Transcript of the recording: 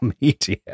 media